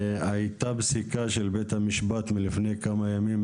הייתה פסיקה של בית המשפט מלפני כמה ימים,